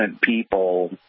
people